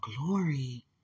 glory